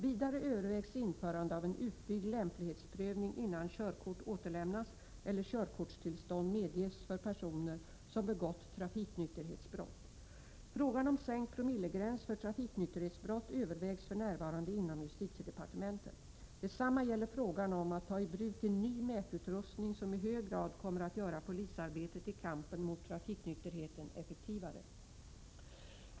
Vidare övervägs införande av en utbyggd lämplighetsprövning innan körkort återlämnas eller körkortstillstånd medges för personer som begått trafiknykterhetsbrott. Frågan om sänkt promillegräns för trafiknykterhetsbrott övervägs för närvarande inom justitiedepartementet. Detsamma gäller frågan om att ta i bruk en ny mätutrustning som i hög grad kommer att göra polisarbetet i kampen för trafiknykterheten effektivare.